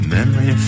Memory